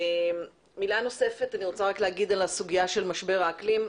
מילה נוספת לגבי סוגיית משבר האקלים.